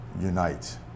unite